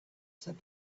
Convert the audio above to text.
said